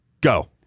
Go